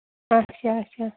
اچھا اچھا